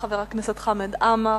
חבר הכנסת חמד עמאר,